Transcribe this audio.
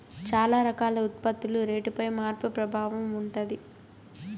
చాలా రకాల ఉత్పత్తుల రేటుపై మార్పు ప్రభావం ఉంటది